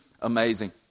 amazing